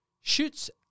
shoots